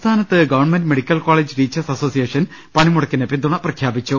സംസ്ഥാനത്ത് government medical college teachers association പണിമുടക്കിന് പിന്തുണ പ്രഖ്യാപിച്ചു